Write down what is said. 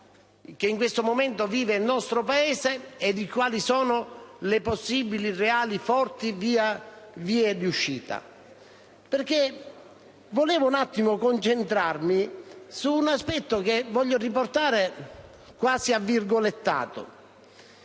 che in questo momento vive il nostro Paese e di quali siano le possibili, reali e forti vie di uscita. Vorrei concentrarmi su un aspetto, che voglio riportare quasi come un virgolettato: